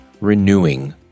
renewing